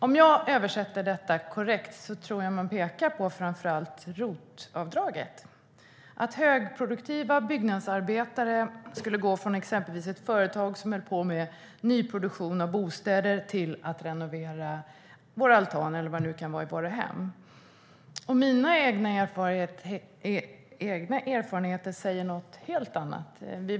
Om jag översätter det korrekt tror jag att man pekar på framför allt ROT-avdraget - att högproduktiva byggnadsarbetare skulle gå från exempelvis ett företag som håller på med nyproduktion av bostäder till att renovera altaner eller annat i våra hem. Mina egna erfarenheter säger något helt annat.